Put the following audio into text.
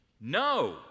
No